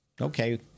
Okay